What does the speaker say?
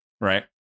right